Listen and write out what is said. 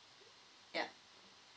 ya